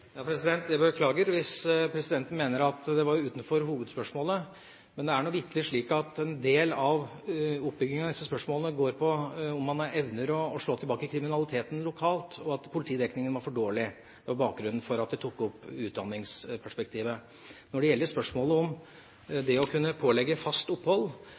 Jeg beklager hvis presidenten mener at det var utenfor hovedspørsmålet, men det er nå vitterlig slik at en del av oppbyggingen av disse spørsmålene går på om man evner å slå tilbake kriminaliteten lokalt, og at politidekningen er for dårlig. Det var bakgrunnen for at jeg tok opp utdanningsperspektivet. Når det gjelder spørsmålet om det å kunne pålegge fast opphold,